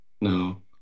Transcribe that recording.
No